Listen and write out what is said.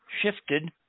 shifted